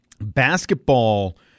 basketball